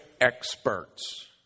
experts